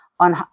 on